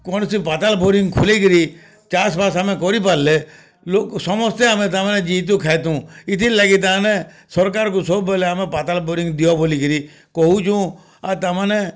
କୌଣସି ପାତାଲ୍ ବୋରିଙ୍ଗ୍ ଖୁଲେଇକିରି ଚାଷ୍ ବାଷ୍ ଆମେ କରିପାରଲେ ଲୋକ ସମସ୍ୟା ଆମେ ତାର୍ ମାନେ ଜିଇତୁଁ ଖାଇତୁଁ ଇଥିର ଲାଗି ତାର୍ ମାନେ ସରକାରକୁଁ ସବୁବେଲେ ଆମେ ପାତାଲ୍ ବୋରିଙ୍ଗ୍ ଦିଅ ବଲିକରି କହୁଁଛୁ ଆର୍ ତାମାନେ